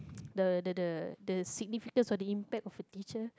the the the the significance of the impact of a teacher